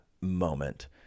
moment